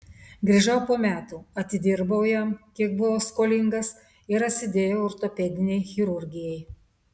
grįžau po metų atidirbau jam kiek buvau skolingas ir atsidėjau ortopedinei chirurgijai